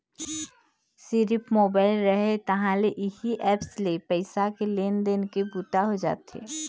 सिरिफ मोबाईल रहय तहाँ ले इही ऐप्स ले पइसा के लेन देन के बूता हो जाथे